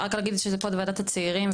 רק להגיד שאנחנו פה בוועדת הצעירים,